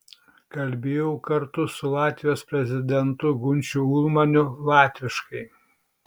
kalbėjau kartu su latvijos prezidentu gunčiu ulmaniu latviškai